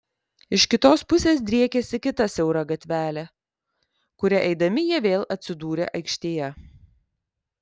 iš kitos pusės driekėsi kita siaura gatvelė kuria eidami jie vėl atsidūrė aikštėje